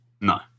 No